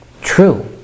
true